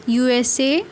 USA